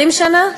20 שנה?